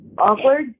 awkward